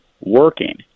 working